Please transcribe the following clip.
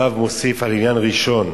וי"ו מוסיף על עניין ראשון,